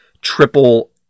triple